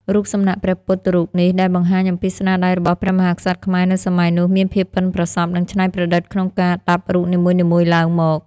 រូបសំណាក់ព្រះពុទ្ធរូបនេះដែលបង្ហាញអំពីស្នាដៃរបស់ព្រះមហាក្សត្រខ្មែរនៅសម័យនោះមានភាពបុិនប្រសប់និងច្នៃប្រឌិតក្នុងការដាប់រូបនីមួយៗឡើងមក។